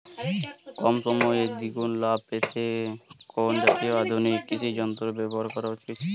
কম সময়ে দুগুন লাভ পেতে কোন জাতীয় আধুনিক কৃষি যন্ত্র ব্যবহার করা উচিৎ?